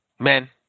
Men